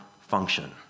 function